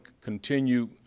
continue